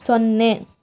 ಸೊನ್ನೆ